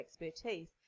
expertise